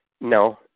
No